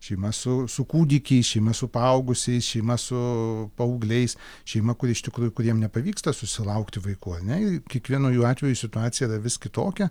šeima su su kūdikiais šeima su paaugusiais šeima su paaugliais šeima kuri iš tikrųjų kuriem nepavyksta susilaukti vaikų ane ir kiekvieno jų atveju situacija yra vis kitokia